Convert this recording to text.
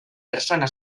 persona